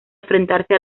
enfrentarse